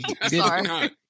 Sorry